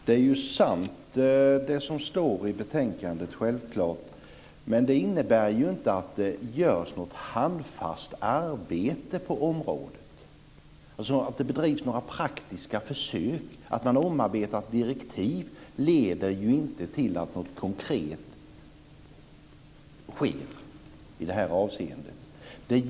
Herr talman! Det som står i betänkandet är självklart sant. Men det innebär ju inte att det görs något handfast arbete på området. Att det bedrivs några praktiska försök och att man har omarbetat direktiv leder ju inte till att något konkret sker i det här avseendet.